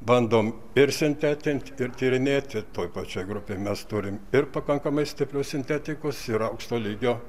bandom ir sintetint ir tyrinėti toj pačioj grupėj mes turim ir pakankamai stiprios sintetikos ir aukšto lygio